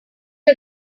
are